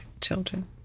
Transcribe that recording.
children